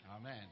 Amen